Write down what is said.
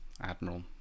Admiral